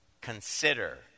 consider